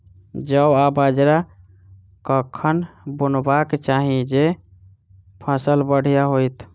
जौ आ बाजरा कखन बुनबाक चाहि जँ फसल बढ़िया होइत?